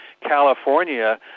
California